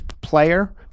player